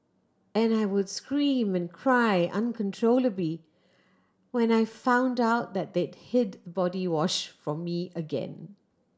and I would scream and cry uncontrollably when I found out that they'd hid body wash from me again